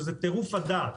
שזה טירוף הדעת.